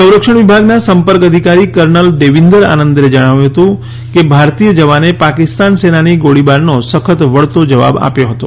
સંરક્ષણ વિભાગના સંપર્ક અધિકારી કરનલ દેવિદર આનંદે જણાવ્યું હતું કે ભારતીય જવાને પાકિસ્તાન સેનાની ગોળીબારનો સખત વળતો જવાબ આપ્યો હતો